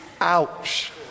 Ouch